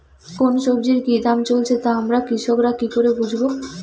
কোন সব্জির কি দাম চলছে তা আমরা কৃষক রা কি করে বুঝবো?